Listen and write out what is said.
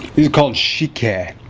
called shik-hye.